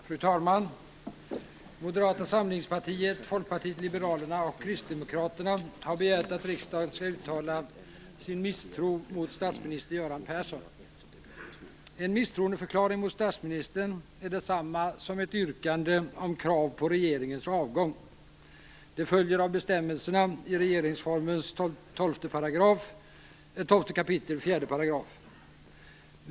Fru talman! Moderata samlingspartiet, Folkpartiet liberalerna och Kristdemokraterna har begärt att riksdagen skall uttala sin misstro mot statsminister Göran En misstroendeförklaring mot statsministern är detsamma som ett yrkande på regeringens avgång. Det följer av bestämmelserna i regeringsformens 12 kap. 4 §.